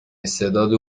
استعداد